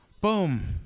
boom